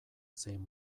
zein